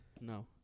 No